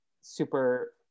super